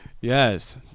Yes